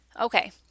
Okay